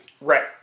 Right